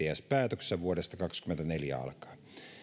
jts päätöksessä vuodesta kaksikymmentäneljä alkaen